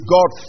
God